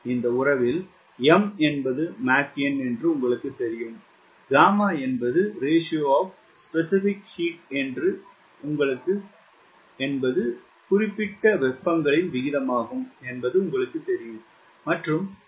இந்த உறவில் M என்பது மாக் எண் என்று உங்களுக்குத் தெரியும் 𝛾 என்பது குறிப்பிட்ட வெப்பங்களின் விகிதமாகும் மற்றும் மதிப்புகள் பொதுவாக 1